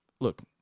Look